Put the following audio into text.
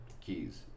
keys